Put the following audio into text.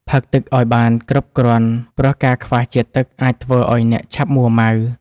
ផឹកទឹកឱ្យបានគ្រប់គ្រាន់ ព្រោះការខ្វះជាតិទឹកអាចធ្វើឱ្យអ្នកឆាប់មួម៉ៅ។